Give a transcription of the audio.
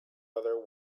other